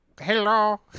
Hello